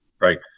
Right